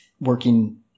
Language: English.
working